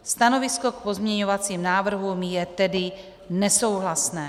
Stanovisko k pozměňovacím návrhům je tedy nesouhlasné.